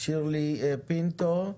שירלי פינטו.